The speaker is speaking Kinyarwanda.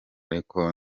ariko